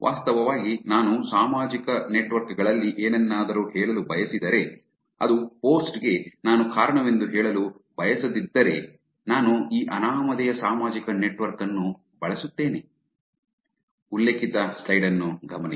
ವಾಸ್ತವವಾಗಿ ನಾನು ಸಾಮಾಜಿಕ ನೆಟ್ವರ್ಕ್ ಗಳಲ್ಲಿ ಏನನ್ನಾದರೂ ಹೇಳಲು ಬಯಸಿದರೆ ಆದರೆ ಪೋಸ್ಟ್ ಗೆ ನಾನು ಕಾರಣವೆಂದು ಹೇಳಲು ಬಯಸದಿದ್ದರೆ ನಾನು ಈ ಅನಾಮಧೇಯ ಸಾಮಾಜಿಕ ನೆಟ್ವರ್ಕ್ ಅನ್ನು ಬಳಸುತ್ತೇನೆ